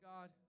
God